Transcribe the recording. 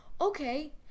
Okay